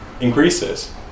increases